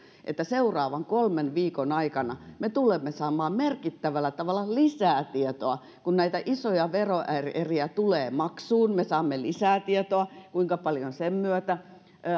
että seuraavan kolmen viikon aikana me tulemme saamaan merkittävällä tavalla lisää tietoa kun näitä isoja veroeriä tulee maksuun me saamme lisää tietoa kuinka paljon sen myötä